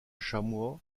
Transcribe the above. chamois